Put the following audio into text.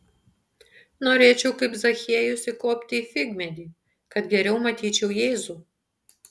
norėčiau kaip zachiejus įkopti į figmedį kad geriau matyčiau jėzų